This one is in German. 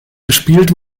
gespielt